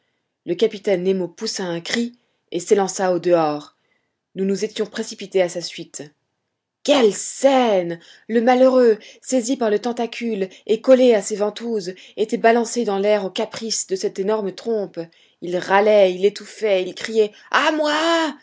le capitaine nemo poussa un cri et s'élança au-dehors nous nous étions précipités à sa suite quelle scène le malheureux saisi par le tentacule et collé à ses ventouses était balancé dans l'air au caprice de cette énorme trompe il râlait il étouffait il criait a moi